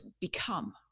become